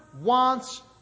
wants